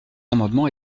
amendement